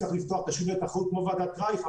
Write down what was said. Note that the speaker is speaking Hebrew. צריך לפתוח את השוק לתחרות כמו ועדת רייך,